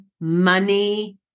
money